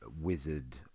Wizard